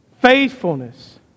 faithfulness